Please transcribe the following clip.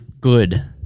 Good